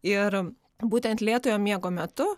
ir būtent lėtojo miego metu